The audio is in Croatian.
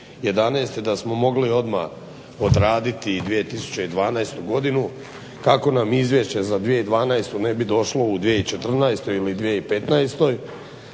2011. da smo mogli odmah odraditi 2012. godinu kako nam izvješće za 2012. ne bi došlo u 2014. ili 2015.